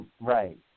right